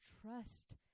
trust